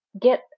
get